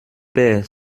père